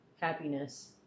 happiness